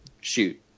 Shoot